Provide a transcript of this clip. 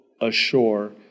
ashore